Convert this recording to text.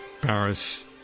Paris